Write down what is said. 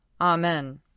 Amen